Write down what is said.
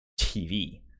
TV